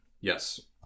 Yes